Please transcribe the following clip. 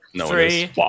Three